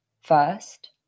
first